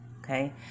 Okay